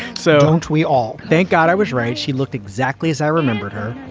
so we all thank god i was right. she looked exactly as i remembered her.